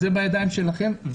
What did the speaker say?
זה בידיים שלכם.